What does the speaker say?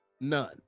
None